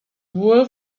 wool